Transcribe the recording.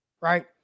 right